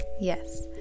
yes